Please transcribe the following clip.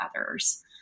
others